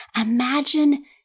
Imagine